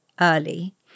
early